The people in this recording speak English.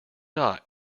not